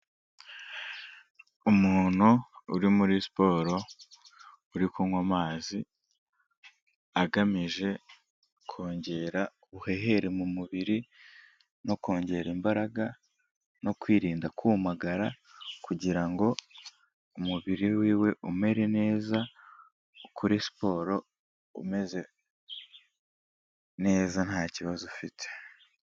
Umuntu uri muri siporo, uri kunywa amazi agamije kongera ubuhehere mu mubiri no kongera imbaraga no kwirinda kumagara kugira ngo umubiri wiwe umere neza, ukore siporo umeze neza ntakibazo ufite.